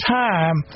time